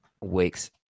Weeks